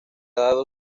dado